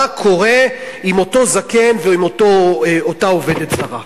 קורה עם אותו זקן ועם אותה עובדת זרה.